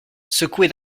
secoué